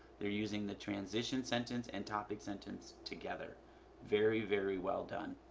they're using the transition sentence and topic sentence together very very well done.